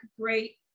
great